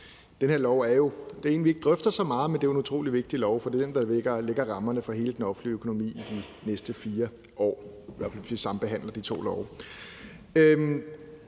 Den her lov er ikke en, vi drøfter så meget, men det er jo en utrolig vigtig lov, for det er den, der lægger rammerne for hele den offentlige økonomi de næste 4 år, i hvert fald hvis vi ser på de to love